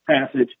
passage